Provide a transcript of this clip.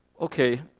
Okay